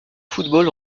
football